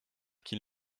qu’il